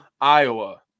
Iowa